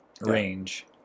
range